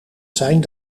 zijn